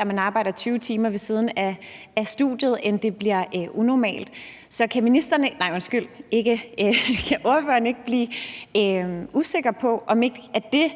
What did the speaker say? at man arbejder 20 timer ved siden af studiet, end det er unormalt. Så kan ordføreren ikke blive usikker på, om ikke det